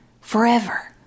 forever